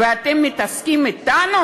ואתם מתעסקים אתנו?